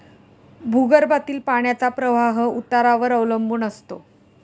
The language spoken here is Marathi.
भूगर्भातील पाण्याचा प्रवाह उतारावर अवलंबून असतो